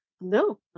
No